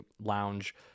lounge